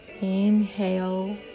Inhale